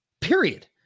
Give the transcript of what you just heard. period